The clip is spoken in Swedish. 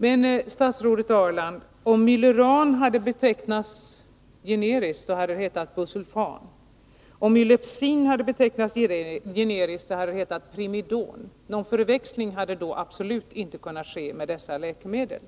Men, statsrådet Ahrland, om Myleran hade betecknats generiskt hade det hetat Busulfan. Om Mylepsin hade betecknats generiskt hade det hetat Primidon. Någon förväxling hade då absolut inte kunnat ske mellan dessa läkemedel.